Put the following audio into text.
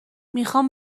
میخوام